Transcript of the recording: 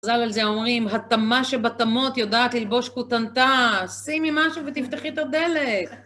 חזל על זה, אומרים, התמה שבתמות יודעת ללבוש קוטנטה, שימי משהו ותפתחי את הדלת.